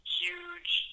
huge